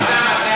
כן.